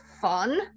fun